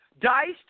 diced